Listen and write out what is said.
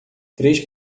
três